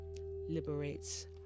liberates